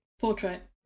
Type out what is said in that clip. Portrait